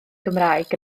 gymraeg